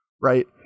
Right